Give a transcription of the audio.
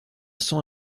sang